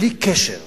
בלי קשר